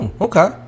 okay